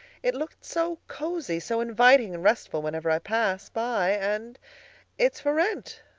it looks so cozy, so inviting and restful, whenever i pass by and it's for rent.